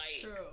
True